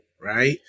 Right